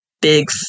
big